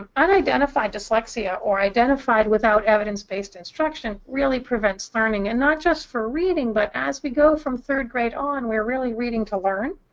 um unidentified dyslexia, or identified without evidence-based instruction, really prevents learning. and not just for reading, but as we go from third grade on, we're really leading to learn,